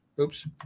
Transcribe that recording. Oops